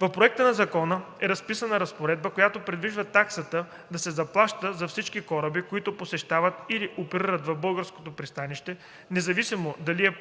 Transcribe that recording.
В Проекта на закона е разписана разпоредба, която предвижда таксата да се заплаща за всички кораби, които посещават или оперират в българското пристанище, независимо дали е